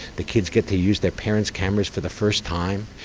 the kids get to use their parents' cameras for the first time.